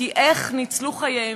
כי איך ניצלו חייהם.